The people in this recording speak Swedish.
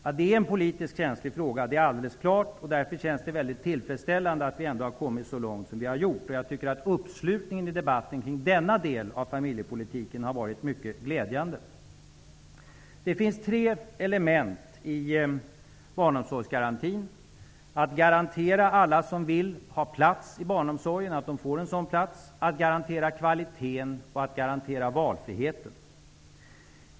Att det är en politiskt känslig fråga är alldeles klart, och därför känns det tillfredsställande att vi har kommit så långt som vi har gjort. Jag tycker att uppslutningen kring denna del av familjepolitiken har varit mycket glädjande i denna debatt. Det finns tre element i barnomsorgsgarantin: att garantera att alla som vill ha plats i barnomsorgen får en sådan plats, att garantera kvaliteten och att garantera valfriheten.